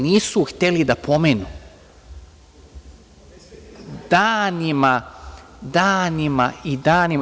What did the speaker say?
Nisu hteli da pomenu danima, danima i danima.